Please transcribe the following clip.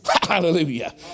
Hallelujah